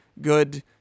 good